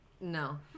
No